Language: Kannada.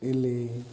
ಇಲ್ಲಿ